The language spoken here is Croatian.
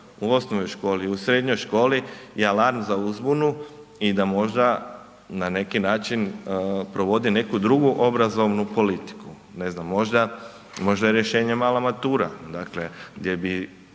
u osnovnoj školi, u srednjoj školi je alarm za uzbunu i da možda na neki način provodi neku drugu obrazovnu politiku. Ne znam, možda je rješenje mala matura, dakle